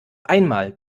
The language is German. einmal